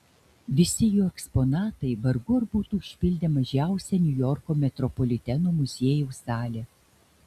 visi jo eksponatai vargu ar būtų užpildę mažiausią niujorko metropoliteno muziejaus salę